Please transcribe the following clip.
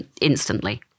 instantly